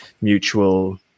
mutual